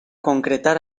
concretar